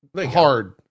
hard